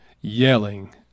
yelling